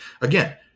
again